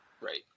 Right